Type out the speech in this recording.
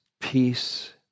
peace